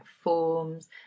forms